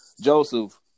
Joseph